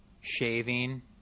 shaving